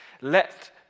let